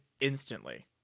instantly